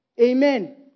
Amen